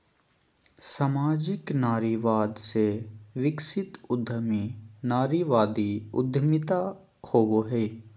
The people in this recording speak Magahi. सामाजिक नारीवाद से विकसित उद्यमी नारीवादी उद्यमिता होवो हइ